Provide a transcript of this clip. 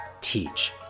teach